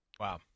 Wow